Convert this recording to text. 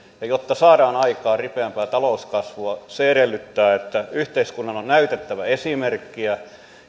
ja jotta saadaan aikaan ripeämpää talouskasvua se edellyttää että yhteiskunnan on näytettävä esimerkkiä